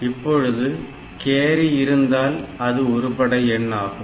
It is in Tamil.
இப்பொழுது கேரி இருந்தால் அது ஒரு படை எண் ஆகும்